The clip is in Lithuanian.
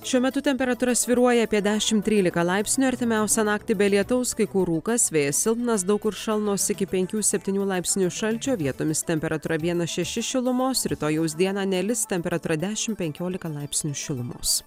šiuo metu temperatūra svyruoja apie dešim trylika laipsnių artimiausią naktį be lietaus kai kur rūkas vėjas silpnas daug kur šalnos iki penkių septynių laipsnių šalčio vietomis temperatūra vienas šeši šilumos rytojaus dieną nelis temperatūra dešim penkiolika laipsnių šilumos